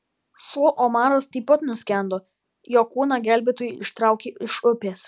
šuo omaras taip pat nuskendo jo kūną gelbėtojai ištraukė iš upės